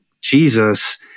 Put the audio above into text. Jesus